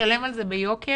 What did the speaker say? נשלם על זה ביוקר